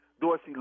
Dorsey